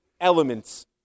elements